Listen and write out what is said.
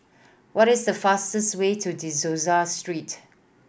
what is the fastest way to De Souza Street